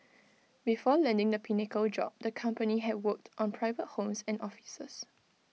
before landing the pinnacle job the company had worked on private homes and offices